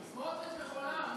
סמוֹטריץ בחולם,